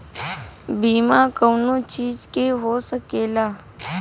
बीमा कउनो चीज के हो सकेला